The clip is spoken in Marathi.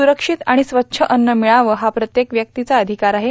स्प्रक्षित आणि स्वच्छ अन्न मिळावं हा प्रत्येक व्यक्तीचा अधिकार आहे